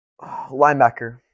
Linebacker